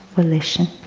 volition.